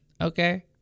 okay